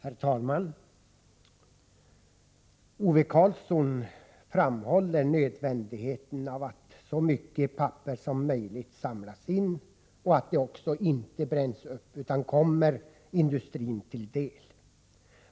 Herr talman! Ove Karlsson framhåller nödvändigheten av att så mycket papper som möjligt samlas in och att det inte bränns upp utan kommer industrin till del.